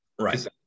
Right